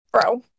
Bro